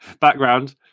background